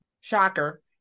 shocker